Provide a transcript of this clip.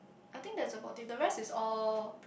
I think that's about it the rest is all pr~